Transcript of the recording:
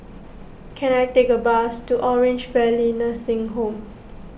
can I take a bus to Orange Valley Nursing Home